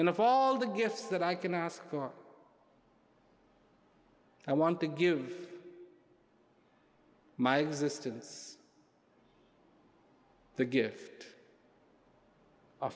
and of all the gifts that i can ask are i want to give my existence the gift